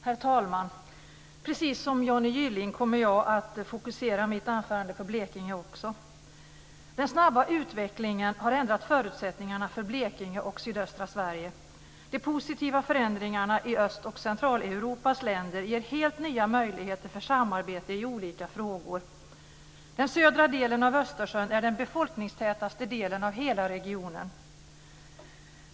Herr talman! Precis som Johnny Gylling kommer jag att fokusera mitt anförande på Blekinge. Den snabba utvecklingen har ändrat förutsättningarna för Blekinge och sydöstra Sverige. De positiva förändringarna i Öst och Centraleuropas länder ger helt nya möjligheter för samarbete i olika frågor. Den södra delen av Östersjön är den befolkningstätaste delen av hela regionen.